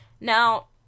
Now